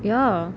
ya